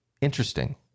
Interesting